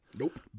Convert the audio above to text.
Nope